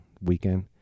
weekend